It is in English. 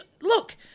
Look